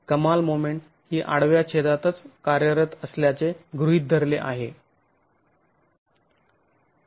कमाल मोमेंट ही आडव्या छेदातच कार्यरत असल्याचे गृहीत धरले आहे